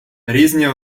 різні